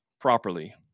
properly